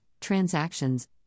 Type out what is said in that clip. transactions